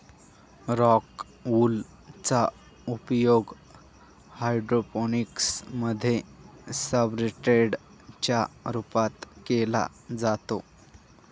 rock wool चा उपयोग hydroponics मध्ये सब्सट्रेट च्या रूपात केला जातो